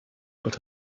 but